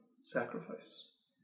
sacrifice